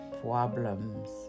problems